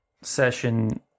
session